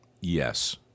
Yes